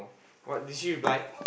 what did she reply